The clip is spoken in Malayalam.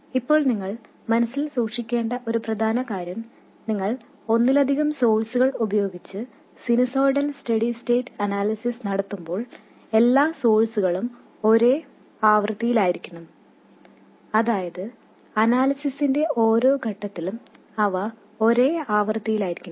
ഇപ്പോൾ നിങ്ങൾ മനസ്സിൽ സൂക്ഷിക്കേണ്ട ഒരു പ്രധാന കാര്യം നിങ്ങൾ ഒന്നിലധികം സോഴ്സ്കൾ ഉപയോഗിച്ച് സിനുസോയ്ഡൽ സ്റ്റെഡി സ്റ്റേറ്റ് അനാലിസിസ് നടത്തുമ്പോൾ എല്ലാ സോഴ്സ്കളും ഒരേ ആവൃത്തിയിലായിരിക്കണം അതായത് അനാലിസിസിന്റെ ഓരോ ഘട്ടത്തിലും അവ ഒരേ ആവൃത്തിയിലായിരിക്കണം